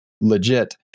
legit